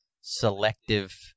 selective